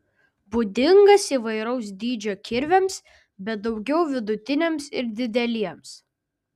būdingas įvairaus dydžio kirviams bet daugiau vidutiniams ir dideliems